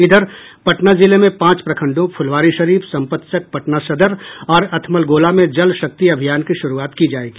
इधर पटना जिले में पांच प्रखंडों फुलवारीशरीफ संपतचक पटना सदर और अथमलगोला में जल शक्ति अभियान की शुरूआत की जाएगी